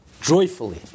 joyfully